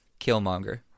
Killmonger